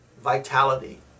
vitality